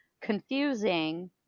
confusing